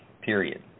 period